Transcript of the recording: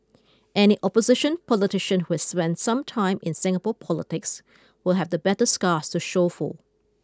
any opposition politician who has spent some time in Singapore politics will have the battle scars to show for